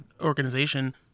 organization